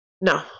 No